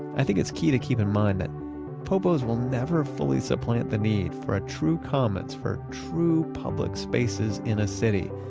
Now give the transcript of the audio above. i think it's key to keep in mind that popos will never fully supplant the need for a true commons, for true public spaces in a city.